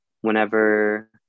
whenever